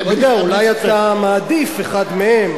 אני לא יודע, אולי אתה מעדיף אחד מהם.